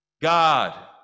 God